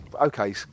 okay